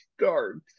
start